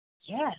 Yes